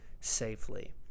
safely